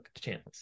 channels